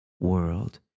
world